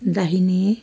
दाहिने